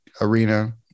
Arena